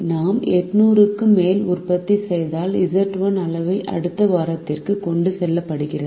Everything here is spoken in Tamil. நாம் 800 க்கு மேல் உற்பத்தி செய்தால் Z1 அளவு அடுத்த வாரத்திற்கு கொண்டு செல்லப்படுகிறது